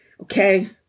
Okay